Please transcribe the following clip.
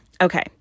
Okay